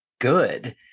good